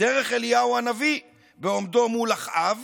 דרך אליהו הנביא בעומדו מול אחאב